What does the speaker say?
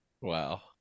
Wow